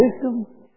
wisdom